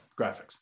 graphics